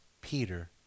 Peter